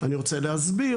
אני רוצה להסביר,